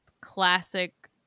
classic